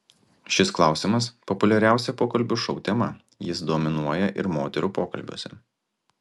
šis klausimas populiariausia pokalbių šou tema jis dominuoja ir moterų pokalbiuose